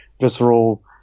visceral